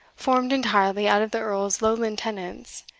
formed entirely out of the earl's lowland tenants,